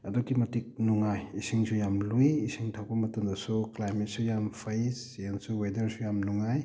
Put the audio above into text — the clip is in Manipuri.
ꯑꯗꯨꯛꯀꯤ ꯃꯇꯤꯛ ꯅꯨꯡꯉꯥꯏ ꯏꯁꯤꯡꯁꯨ ꯌꯥꯝ ꯂꯨꯏ ꯏꯁꯤꯡ ꯊꯛꯄ ꯃꯇꯝꯗꯁꯨ ꯀ꯭ꯂꯥꯏꯃꯦꯠꯁꯨ ꯌꯥꯝ ꯐꯩ ꯆꯦꯟꯖꯁꯨ ꯋꯦꯗꯔꯁꯨ ꯌꯥꯝ ꯅꯨꯡꯉꯥꯏ